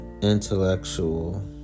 intellectual